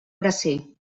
bracer